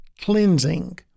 cleansing